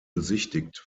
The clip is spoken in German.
besichtigt